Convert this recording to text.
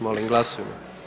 Molim glasujmo.